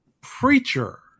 preacher